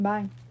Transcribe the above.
Bye